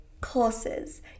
courses